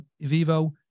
Vivo